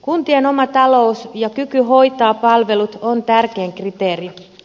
kuntien oma talous ja kyky hoitaa palvelut ovat tärkein kriteeri